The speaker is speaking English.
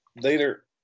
later